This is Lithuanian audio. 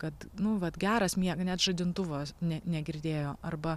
kad nu vat geras mieg net žadintuvo ne negirdėjo arba